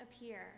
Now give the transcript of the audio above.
appear